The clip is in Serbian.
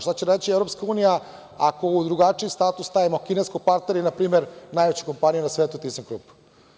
Šta će reći EU ako u drugačiji status stavimo kineskog partnera i npr. najveću kompaniju na svetu TIS-a klub?